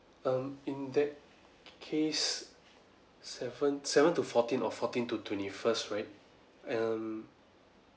um in that case seven seven to fourteen or fourteen to twenty first right um